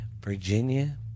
Virginia